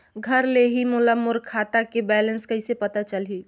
घर ले ही मोला मोर खाता के बैलेंस कइसे पता चलही?